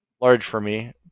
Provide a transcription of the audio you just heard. large-for-me